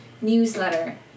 newsletter